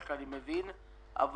אני לא יוצא.